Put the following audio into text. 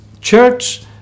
church